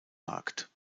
markt